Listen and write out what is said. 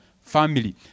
Family